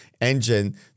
engine